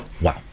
Wow